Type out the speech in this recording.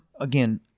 again